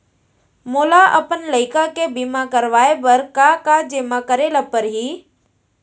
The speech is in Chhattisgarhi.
मोला अपन लइका के बीमा करवाए बर का का जेमा करे ल परही?